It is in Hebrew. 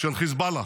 של חיזבאללה.